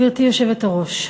גברתי היושבת-ראש,